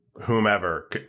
whomever